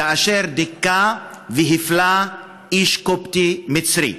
כאשר דיכא והפלה איש קופטי מצרי.